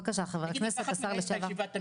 בבקשה, חבר הכנסת והשר לשעבר.